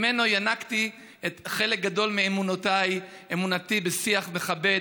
ממנו ינקתי חלק גדול מאמונותיי: אמונתי בשיח מכבד,